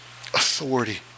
authority